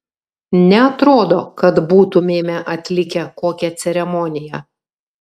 neatrodo kad būtumėme atlikę kokią ceremoniją